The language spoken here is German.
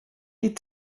die